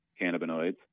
cannabinoids